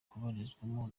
kuburizwamo